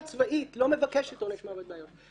הצבאית לא מבקשת עונש מוות באיו"ש.